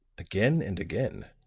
again and again.